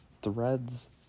Threads